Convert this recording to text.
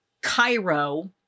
Cairo